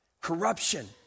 Corruption